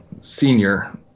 senior